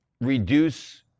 reduce